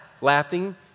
Laughing